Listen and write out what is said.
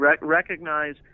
recognize